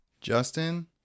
Justin